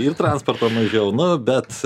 ir transporto mažiau nu bet